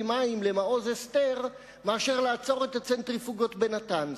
מים למעוז-אסתר מאשר לעצור את הצנטריפוגות בנתאנז.